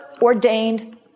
ordained